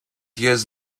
years